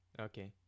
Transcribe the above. Okay